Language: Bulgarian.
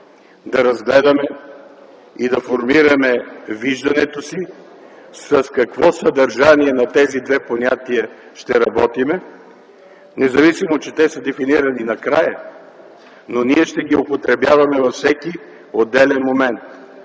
да разгледаме и да формираме виждането си с какво съдържание на тези две понятия ще работим. Независимо, че те са дефинирани накрая, но ние ще ги употребяваме във всеки отделен момент.